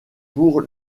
pour